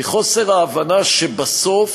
היא חוסר ההבנה שבסוף